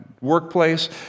workplace